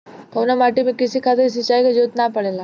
कउना माटी में क़ृषि खातिर सिंचाई क जरूरत ना पड़ेला?